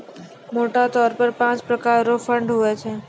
मोटा तौर पर पाँच प्रकार रो फंड हुवै छै